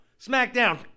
SmackDown